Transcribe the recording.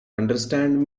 understand